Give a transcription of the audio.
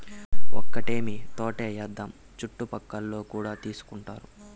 ఒక్కటేమీ తోటే ఏద్దాము చుట్టుపక్కలోల్లు కూడా తీసుకుంటారు